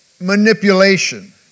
manipulation